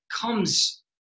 comes